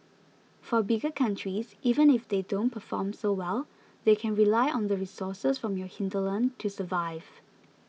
for bigger countries even if they don't perform so well they can rely on the resources from your hinterland to survive